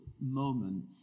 moment